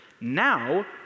Now